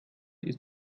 ist